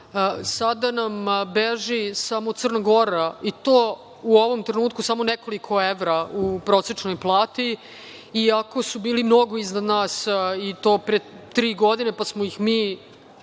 sada nam beži samo Crna Gora i to u ovom trenutku samo nekoliko evra u prosečnoj plati i ako su bili mnogo iznad nas i to pre tri godine pa smo ih mi